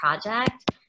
project